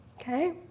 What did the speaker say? Okay